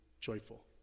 joyful